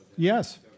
Yes